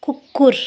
कुकुर